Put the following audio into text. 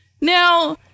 now